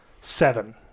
seven